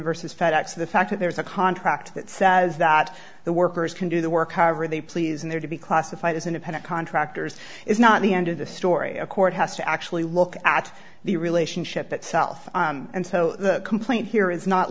versus fed ex the fact that there is a contract that says that the workers can do the work however they please and they're to be classified as independent contractors is not the end of the story a court has to actually look at the relationship itself and so the complaint here is not